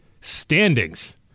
standings